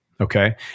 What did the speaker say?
Okay